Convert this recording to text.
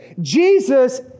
Jesus